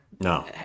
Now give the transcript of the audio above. no